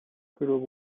group